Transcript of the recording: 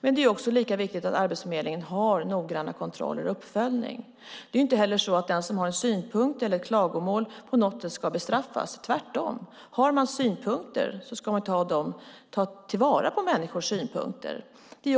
Det är dock lika viktigt att Arbetsförmedlingen har noggranna kontroller och noggrann uppföljning. Det är inte heller så att den som har en synpunkt eller ett klagomål på något sätt ska bestraffas. Tvärtom; man ska ta till vara människors synpunkter.